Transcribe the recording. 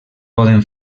poden